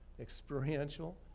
experiential